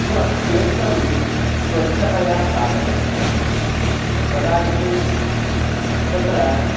स्वक्षेत्रं स्वच्छतया स्थापयन्ति कदाचित् तत्र